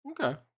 Okay